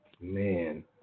Man